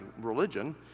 religion